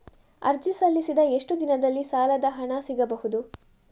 ಅರ್ಜಿ ಸಲ್ಲಿಸಿದ ಎಷ್ಟು ದಿನದಲ್ಲಿ ಸಾಲದ ಹಣ ಸಿಗಬಹುದು?